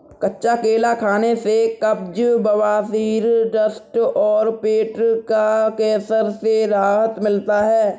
कच्चा केला खाने से कब्ज, बवासीर, दस्त और पेट का कैंसर से राहत मिलता है